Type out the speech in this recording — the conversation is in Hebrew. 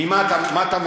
מה אתה מבין?